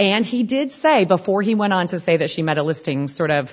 and he did say before he went on to say that she made a listing sort of